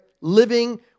living